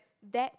that